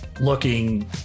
looking